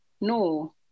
no